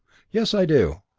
yes, i do.